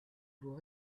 vous